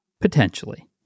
Potentially